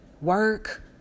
work